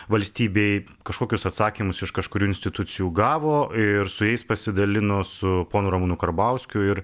valstybei kažkokius atsakymus iš kažkurių institucijų gavo ir su jais pasidalino su ponu ramūnu karbauskiu ir